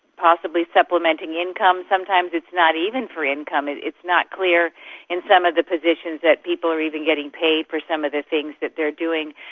possibly supplementing income. sometimes it's not even for income, it is not clear in some of the positions that people are even getting paid for some of the things that they're doing.